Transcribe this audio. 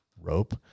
rope